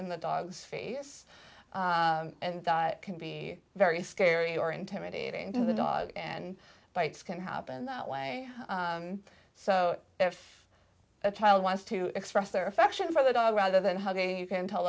in the dog's face and can be very scary or intimidating to the dog and bites can happen that way so if a child wants to express their affection for the dog rather than how they can tell